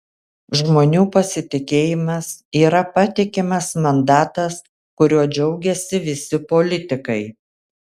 žmonių pasitikėjimas yra patikimas mandatas kuriuo džiaugiasi visi politikai